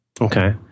Okay